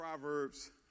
Proverbs